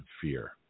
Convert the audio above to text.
fear